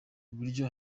buryo